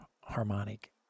harmonic